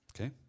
okay